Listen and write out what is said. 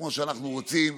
כמו שאנחנו רוצים,